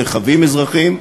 רכבים אזרחיים,